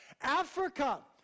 Africa